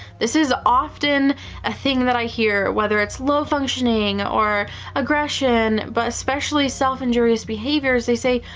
this is often a thing that i hear, whether it's low functioning, or aggression, but especially self-injurious behaviors. they say,